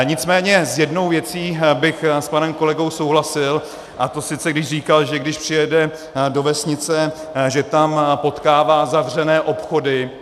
Nicméně s jednou věcí bych s panem kolegou souhlasil, a to když říkal, že když přijede do vesnice, že tam potkává zavřené obchody.